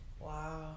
wow